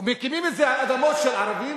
ומקימים את זה על אדמות של ערבים,